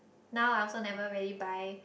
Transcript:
now I also never really buy